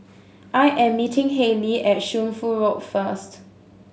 I am meeting Hailee at Shunfu Road first